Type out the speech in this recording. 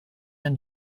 and